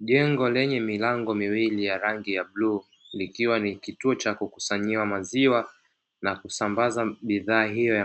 Jengo lenye milango miwili ya rangi ya bluu likiwa ni kituo cha kukusanyia maziwa na kusambaza bidhaa hiyo